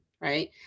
right